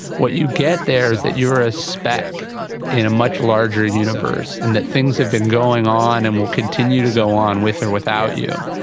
what you get there is that you are a speck in a much larger universe and that things have been going on and will continue to go on with or without you.